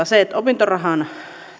se että opintorahan